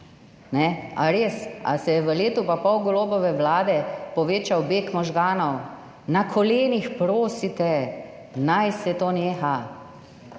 A res? A se je v letu in pol Golobove vlade povečal beg možganov? Na kolenih prosite, naj se to neha.